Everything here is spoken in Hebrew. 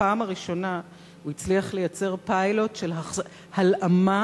בפעם הראשונה הצליח לייצר פיילוט של הלאמה,